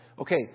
Okay